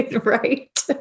Right